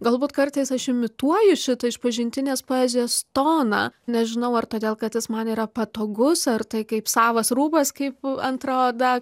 galbūt kartais aš imituoju šitą išpažintinės poezijos toną nežinau ar todėl kad jis man yra patogus ar tai kaip savas rūbas kaip antra oda